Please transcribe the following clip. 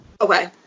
Okay